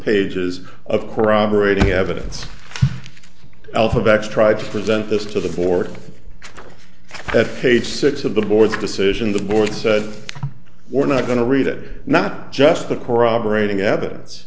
pages of corroborating evidence alphabets tried to present this to the fore that page six of the board's decision the board said we're not going to read it not just the corroborating evidence